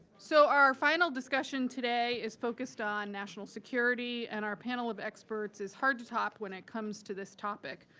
so, our final discussion today is focusing on national security, and our panel of experts is hard to top when it comes to this topic.